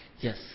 Yes